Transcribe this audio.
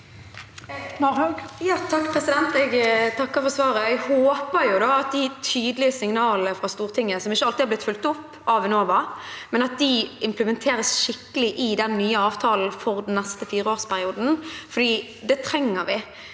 Jeg takker for svaret. Jeg håper at de tydelige signalene fra Stortinget, som ikke alltid har blitt fulgt opp av Enova, blir skikkelig implementert i den nye avtalen for den neste fireårsperioden, for det trenger vi.